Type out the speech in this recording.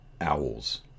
owls